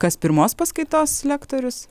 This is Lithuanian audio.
kas pirmos paskaitos lektorius